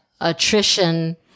attrition